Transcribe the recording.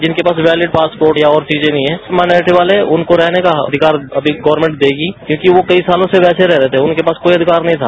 जिनके पास valid passport या और चीजें नहीं हैं माइनॉरिटी वाले उनको रहने का अधिकार अभी गवर्मेट देगी क्योंकि वे कई सालों से वैसे ही रह रहे थे उनके पास कोई अधिकार नहीं था